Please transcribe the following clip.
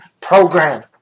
program